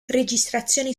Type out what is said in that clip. registrazioni